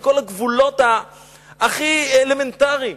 מכל הגבולות הכי אלמנטריים.